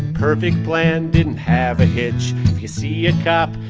perfect plan didn't have a hitch. you see a cop,